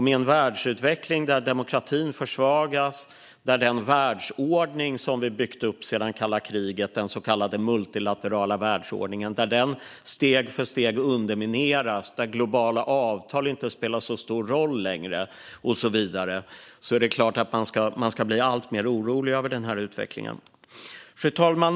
Med en världsutveckling där demokratin försvagas, där den så kallade multilaterala världsordning som vi byggt upp sedan kalla kriget steg för steg undermineras och där globala avtal inte spelar så stor roll längre är det klart att man ska bli alltmer orolig. Fru talman!